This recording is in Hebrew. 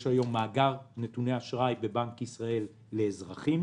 יש היום מאגר נתוני אשראי בבנק ישראל לאזרחים.